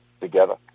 together